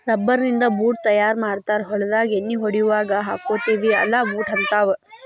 rubber ನಿಂದ boot ತಯಾರ ಮಾಡ್ತಾರ ಹೊಲದಾಗ ಎಣ್ಣಿ ಹೊಡಿಯುವಾಗ ಹಾಕ್ಕೊತೆವಿ ಅಲಾ ಬೂಟ ಹಂತಾವ